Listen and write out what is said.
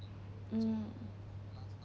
mm